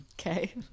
Okay